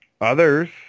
others